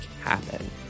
happen